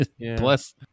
Plus